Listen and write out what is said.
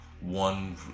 one